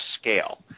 scale